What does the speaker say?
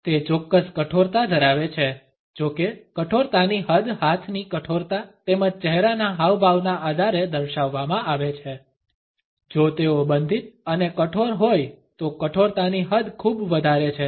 તે ચોક્કસ કઠોરતા ધરાવે છે જો કે કઠોરતાની હદ હાથની કઠોરતા તેમજ ચહેરાના હાવભાવના આધારે દર્શાવવામાં આવે છે જો તેઓ બંધિત અને કઠોર હોય તો કઠોરતાની હદ ખૂબ વધારે છે